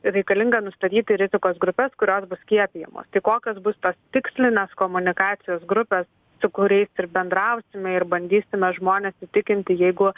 reikalinga nustatyti rizikos grupes kurios bus skiepijamos tai kokios bus tikslinės komunikacijos grupės su kuriais ir bendrausime ir bandysime žmones įtikinti jeigu